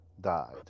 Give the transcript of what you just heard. died